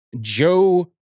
Joe